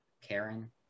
Karen